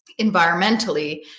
environmentally